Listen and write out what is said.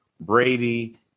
Brady